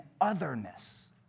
otherness